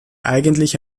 eigentliche